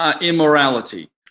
immorality